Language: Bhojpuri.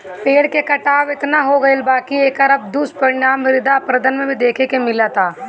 पेड़ के कटाव एतना हो गईल बा की एकर अब दुष्परिणाम मृदा अपरदन में देखे के मिलता